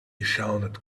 shouted